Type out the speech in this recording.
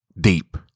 deep